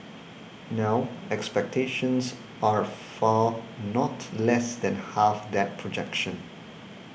now expectations are for not less than half that projection